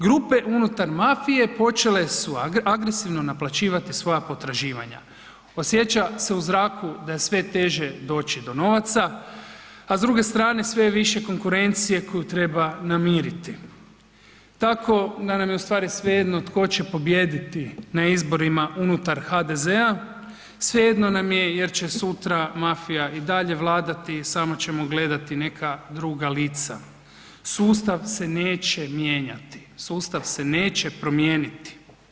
Grupe unutar mafije počele su agresivno naplaćivati svoja potraživanja, osjeća se u zraku da je sve teže dođi do novaca, a s druge strane sve je više konkurencije koju treba namiriti, tako da nam je u stvari svejedno tko će pobijediti na izborima unutar HDZ-a, svejedno nam je jer će sutra mafija i dalje vladati, i samo ćemo gledati neka druga lica, sustav se neće mijenjati, sustav se neće promijeniti.